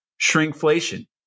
shrinkflation